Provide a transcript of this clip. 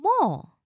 more